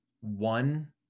one